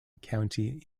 county